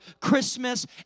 Christmas